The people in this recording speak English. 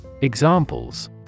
Examples